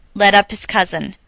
led up his cousin.